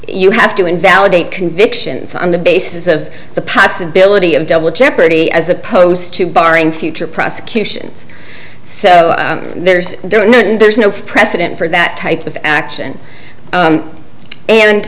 you have to invalidate convictions on the basis of the possibility of double jeopardy as opposed to barring future prosecutions so there's there's no precedent for that type of action